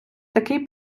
такий